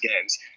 games